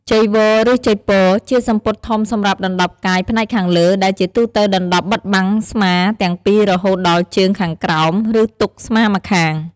ចីវរឬចីពរ ជាសំពត់ធំសម្រាប់ដណ្ដប់កាយផ្នែកខាងលើ ដែលជាទូទៅដណ្ដប់បិទបាំងស្មាទាំងពីររហូតដល់ជើងខាងក្រោម ឬទុកស្មាម្ខាង។